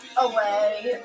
away